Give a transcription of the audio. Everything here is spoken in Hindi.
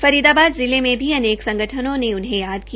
फरीदाबाद जिले में भी संगठनों ने उन्हें याद किया